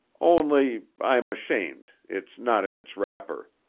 only i'm ashamed. it's not in its wrapper.